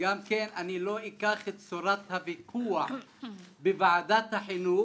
וגם כן אני לא אקח את צורת הוויכוח בוועדת החינוך